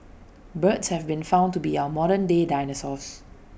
birds have been found to be our modern day dinosaurs